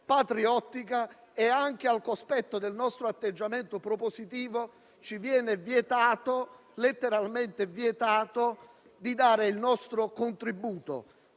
patriottica. Ma, anche al cospetto del nostro atteggiamento propositivo, ci viene letteralmente vietato di dare il nostro contributo.